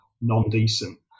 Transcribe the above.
non-decent